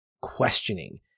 questioning